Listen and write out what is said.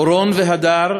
אורון והדר,